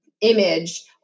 image